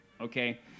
okay